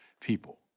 people